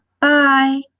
Bye